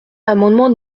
l’amendement